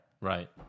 Right